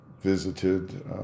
visited